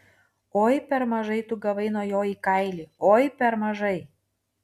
oi per mažai tu gavai nuo jo į kailį oi per mažai